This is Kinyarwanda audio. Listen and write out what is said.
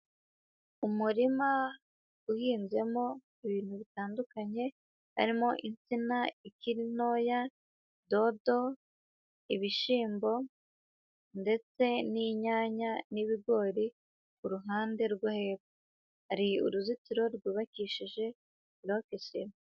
Umurima uhinzemo ibintu bitandukanye, harimo insina ikiri ntoya, dodo, ibishyimbo, ndetse n'inyanya n'ibigori, ku ruhande rwo hepfo, hari uruzitiro rwubakishije buroke sima.